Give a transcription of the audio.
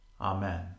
Amen